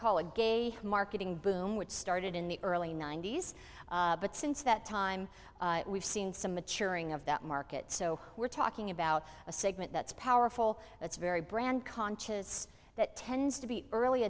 call a gay marketing boom which started in the early ninety's but since that time we've seen some maturing of that market so we're talking about a segment that's powerful that's very brand conscious that tends to be early